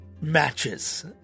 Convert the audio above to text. matches